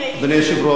אדוני היושב-ראש,